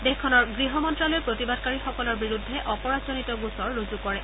দেশখনৰ গৃহ মন্ত্যালয়ে প্ৰতিবাদকাৰীসকলৰ বিৰুদ্ধে অপৰাধজনিত গোচৰ ৰুজু কৰিছে